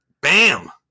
Bam